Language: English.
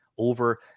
Over